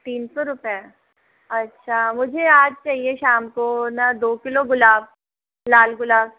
तीन सौ रुपए अच्छा मुझे आज चाहिए शाम को न दो किलो गुलाब लाल गुलाब